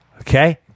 Okay